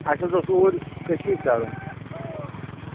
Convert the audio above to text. اَسہِ حظ اوس اوٗرۍ کٔشیٖرِ تَرُن